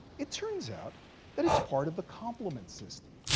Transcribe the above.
it turns out that it's part of the complement system.